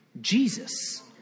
Jesus